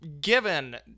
given